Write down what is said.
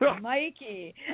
Mikey